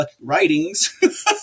writings